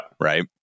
Right